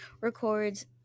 records